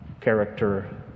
character